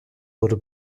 wurde